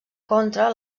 contra